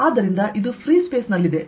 ಆದ್ದರಿಂದ ಇದು ಫ್ರೀಸ್ಪೇಸ್ ನಲ್ಲಿದೆ